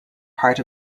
part